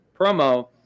promo